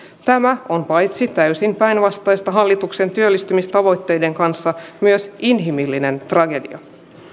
tämä on paitsi täysin päinvastaista hallituksen työllisyystavoitteiden kanssa myös inhimillinen tragedia